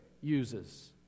uses